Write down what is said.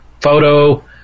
photo